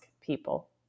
people